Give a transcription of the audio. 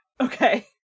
Okay